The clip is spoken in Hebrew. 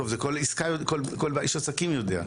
נכון, טוב זה כל איש עסקים יודע.